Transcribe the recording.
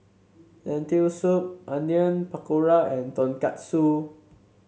Lentil Soup Onion Pakora and Tonkatsu